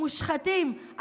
עם מושחתים,